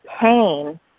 pain